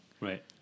Right